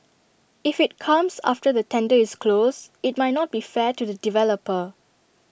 if IT comes after the tender is closed IT might not be fair to the developer